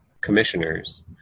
commissioners